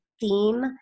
theme